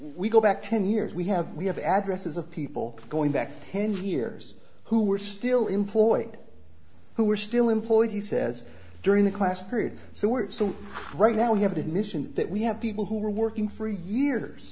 we go back ten years we have we have addresses of people going back ten years who are still employed who are still employed he says during the class period so we're so right now we have admission that we have people who are working for years